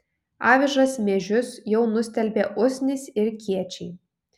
avižas miežius jau nustelbė usnys ir kiečiai